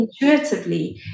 intuitively